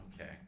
Okay